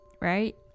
right